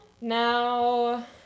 Now